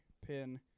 pin